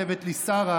כותבת לי שרה,